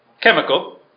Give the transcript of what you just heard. chemical